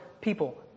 people